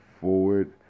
forward